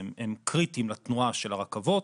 הם קריטיים לתנועה של הרכבות,